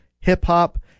hip-hop